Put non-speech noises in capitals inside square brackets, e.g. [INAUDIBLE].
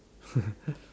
[LAUGHS]